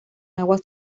aguas